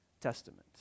Testament